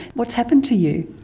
what has happened to you?